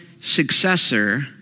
successor